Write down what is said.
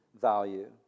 value